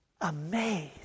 amazed